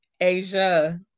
Asia